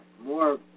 More